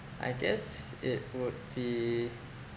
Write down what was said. I guess it would be